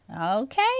okay